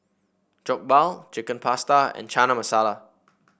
Jokbal Chicken Pasta and Chana Masala